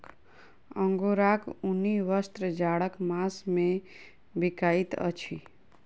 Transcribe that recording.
अंगोराक ऊनी वस्त्र जाड़क मास मे बिकाइत अछि